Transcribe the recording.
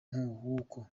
w’uko